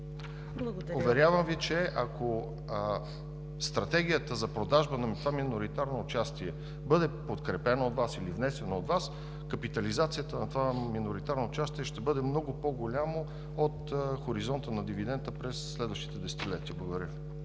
редукция. Уверявам Ви, че ако стратегията за продажба на това миноритарно участие бъде подкрепена или внесена от Вас, капитализацията на това миноритарно участие ще бъде много по-голяма от хоризонта на дивидента през следващите десетилетия. Благодаря.